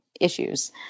issues